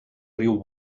riu